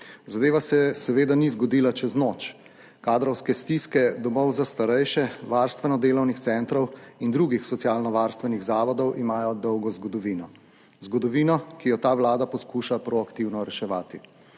Zadeva se seveda ni zgodila čez noč. Kadrovske stiske domov za starejše, varstveno delovnih centrov in drugih socialnovarstvenih zavodov imajo dolgo zgodovino. Zgodovino, ki jo ta vlada poskuša proaktivno reševati.